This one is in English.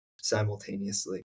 simultaneously